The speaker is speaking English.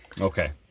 Okay